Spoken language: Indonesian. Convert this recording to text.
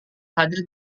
hadir